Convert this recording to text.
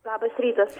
labas rytas